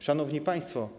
Szanowni Państwo!